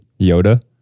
Yoda